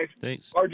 Thanks